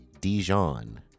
Dijon